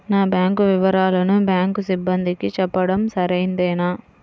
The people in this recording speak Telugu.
నా బ్యాంకు వివరాలను బ్యాంకు సిబ్బందికి చెప్పడం సరైందేనా?